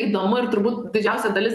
įdomu ir turbūt didžiausia dalis